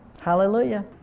Hallelujah